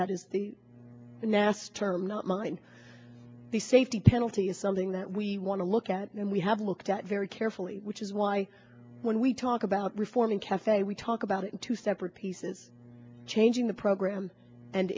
that is the nast term not mine the safety penalty is something that we want to look at and we have looked at very carefully which is why when we talk about reforming cafe we talk about two separate pieces changing the program and